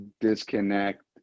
disconnect